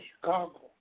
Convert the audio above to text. Chicago